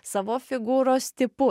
savo figūros tipu